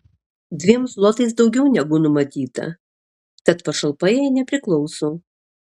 dviem zlotais daugiau negu numatyta tad pašalpa jai nepriklauso